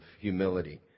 humility